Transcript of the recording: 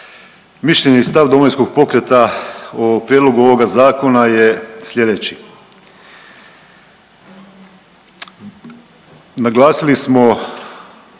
Mišljenje i stav Domovinskog pokreta o prijedlogu ovoga zakona je slijedeći. Naglasili smo